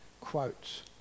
quotes